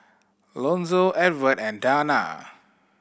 Lonzo Evert and Danna